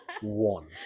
One